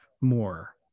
more